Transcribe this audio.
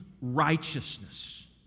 righteousness